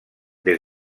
des